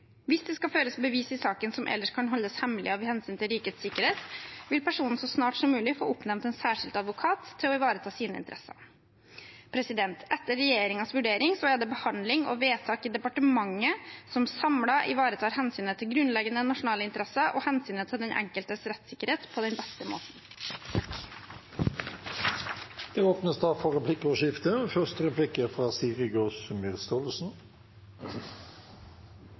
Hvis det skal føres bevis i saken som ellers skal holdes hemmelig av hensyn til rikets sikkerhet, vil personen så snart som mulig få oppnevnt en særskilt advokat til å ivareta sine interesser. Etter regjeringens vurdering er det behandling og vedtak i departementet som samlet ivaretar hensynet til grunnleggende nasjonale interesser og hensynet til den enkeltes rettssikkerhet på den beste måten. Det blir replikkordskifte. Når regjeringen ønsker seg jobben som både aktor, jury og